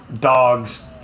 dogs